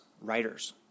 writers